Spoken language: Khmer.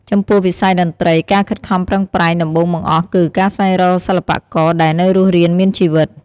ចំពោះវិស័យតន្ត្រី ការខិតខំប្រឹងប្រែងដំបូងបង្អស់គឺ ការស្វែងរកសិល្បករដែលនៅរស់រានមានជីវិត។